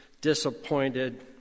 disappointed